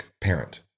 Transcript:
parent